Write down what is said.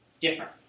Different